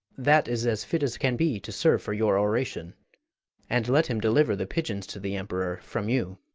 that is as fit as can be to serve for your oration and let him deliver the pigeons to the emperor from you.